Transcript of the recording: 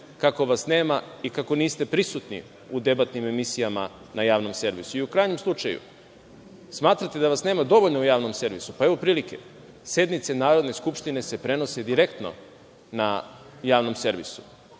kako vas nema i kako niste prisutni u debatnim emisijama na javnom servisu. U krajnjem slučaju, smatrate da vas nema dovoljno u javnom servisu, pa evo prilike. Sednice Narodne skupštine se prenose direktno na Javnom servisu.